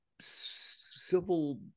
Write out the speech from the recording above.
civil